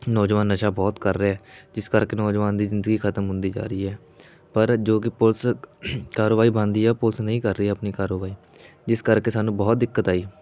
ਨੌਜਵਾਨ ਨਸ਼ਾ ਬਹੁਤ ਕਰ ਰਿਹਾ ਜਿਸ ਕਰਕੇ ਨੌਜਵਾਨ ਦੀ ਜ਼ਿੰਦਗੀ ਖਤਮ ਹੁੰਦੀ ਜਾ ਰਹੀ ਹੈ ਪਰ ਜੋ ਕਿ ਪੁਲਿਸ ਕਾਰਵਾਈ ਬਣਦੀ ਹੈ ਪੁਲਿਸ ਨਹੀਂ ਕਰ ਰਹੀ ਆਪਣੀ ਕਾਰਵਾਈ ਜਿਸ ਕਰਕੇ ਸਾਨੂੰ ਬਹੁਤ ਦਿੱਕਤ ਆਈ